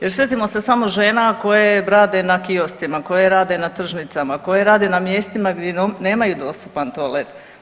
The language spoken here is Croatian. Jer sjetimo se samo žena koje rade na kioscima, koje rade na tržnicama, koje rade na mjestima gdje nemaju dostupan toalet.